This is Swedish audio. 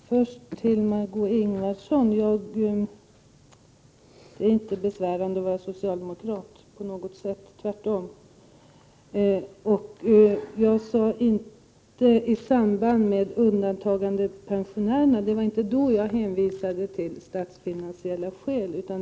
Herr talman! Jag vänder mig först till Margö Ingvardsson. Det är inte på något sätt besvärande att vara socialdemokrat, tvärtom. Det var inte i samband med att jag talade om undantagandepensionärerna som jag hänvisade till statsfinansiella skäl.